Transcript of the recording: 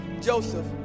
Joseph